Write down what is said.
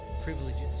privileges